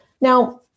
now